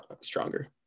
stronger